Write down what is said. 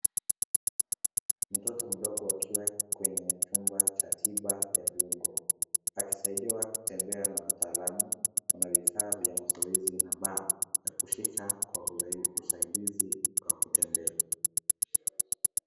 Mtoto mdogo akiwa kwenye chumba cha tiba ya viungo akisaidiwa kutembea na wataalamu. Kuna vifaa vya mazoezi ya bar la kushika kwa usaidizi wa kutembea.